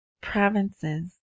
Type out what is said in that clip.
provinces